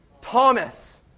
Thomas